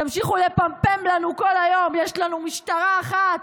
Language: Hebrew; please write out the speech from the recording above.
תמשיכו לפמפם לנו כל היום: יש לנו משטרה אחת,